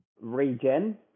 Regen